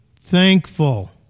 Thankful